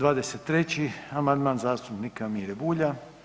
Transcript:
23. amandman zastupnika Mire Bulja.